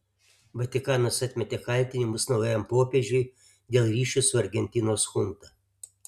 vatikanas atmetė kaltinimus naujajam popiežiui dėl ryšių su argentinos chunta